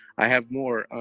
i have more